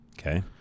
Okay